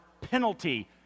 penalty